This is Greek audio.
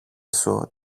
σου